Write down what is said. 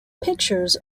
pictures